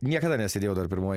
niekada nesėdėjau dar pirmoj